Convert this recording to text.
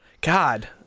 God